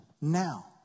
now